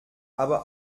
aber